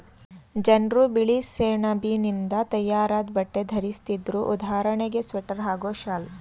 ಜನ್ರು ಬಿಳಿಸೆಣಬಿನಿಂದ ತಯಾರಾದ್ ಬಟ್ಟೆ ಧರಿಸ್ತಿದ್ರು ಉದಾಹರಣೆಗೆ ಸ್ವೆಟರ್ ಹಾಗೂ ಶಾಲ್